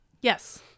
Yes